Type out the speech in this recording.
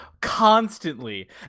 constantly